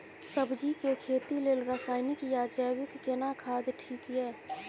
सब्जी के खेती लेल रसायनिक या जैविक केना खाद ठीक ये?